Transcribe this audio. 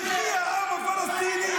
יחי העם הפלסטיני,